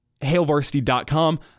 hailvarsity.com